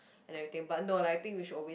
and everything but no like I think we should always